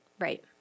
right